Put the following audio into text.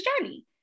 journey